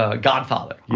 ah godfather,